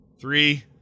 Three